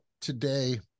today